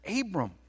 Abram